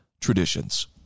traditions